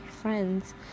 friends